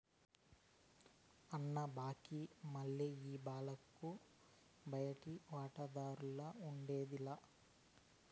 అన్న, బాంకీల మల్లె ఈ బాలలకు బయటి వాటాదార్లఉండేది లా